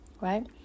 right